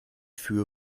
für